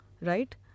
Right